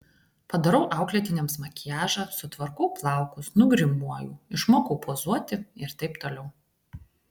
padarau auklėtiniams makiažą sutvarkau plaukus nugrimuoju išmokau pozuoti ir taip toliau